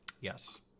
Yes